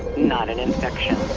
not an infection.